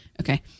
Okay